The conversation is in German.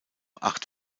acht